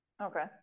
Okay